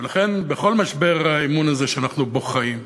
ולכן, בכל משבר האמון הזה שאנחנו חיים בו,